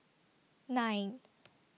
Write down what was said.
nine